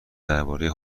درباره